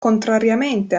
contrariamente